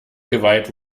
geweiht